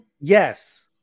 yes